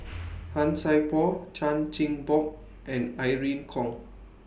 Han Sai Por Chan Chin Bock and Irene Khong